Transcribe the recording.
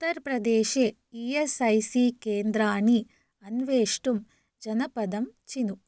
उत्तर् प्रदेशे E S I C केन्द्राणि अन्वेष्टुं जनपदं चिनु